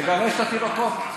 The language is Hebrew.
תגרש את התינוקות.